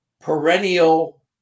perennial